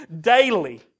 daily